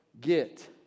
Get